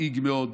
מדאיג מאוד.